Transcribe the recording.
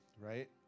right